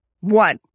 One